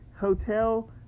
Hotel